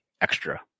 extra